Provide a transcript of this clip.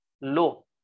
low